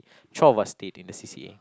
twelve of us stayed in the c_c_a